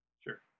Sure